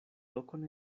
lokon